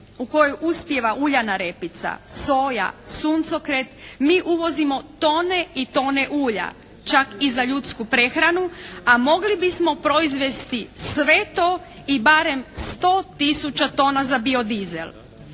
u kojoj uspijeva uljana repica, soja, suncokret mi uvozimo tone i tone ulja, čak i za ljudsku prehranu, a mogli bismo proizvesti sve to i barem 100 tisuća tona za biodizel.